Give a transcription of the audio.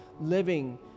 living